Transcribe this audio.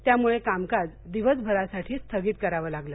त्यामुळे कामकाज दिवसभरासाठी स्थगित करावं लागलं